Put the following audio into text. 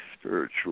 spiritual